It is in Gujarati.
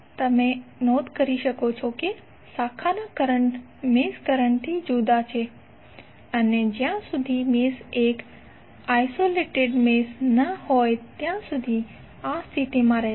હવે તમે નોંધ કરી શકો છો કે શાખાના કરંટ મેશ કરંટથી જુદા છે અને જ્યાં સુધી મેશ એક આઇસોલેટેડ મેશ ન હોય ત્યાં સુધી આ સ્થિતિ રહેશે